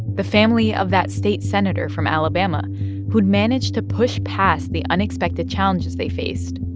the family of that state senator from alabama who'd managed to push past the unexpected challenges they faced.